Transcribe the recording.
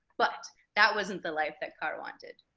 but that wasn't the life that carr wanted.